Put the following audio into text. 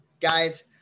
Guys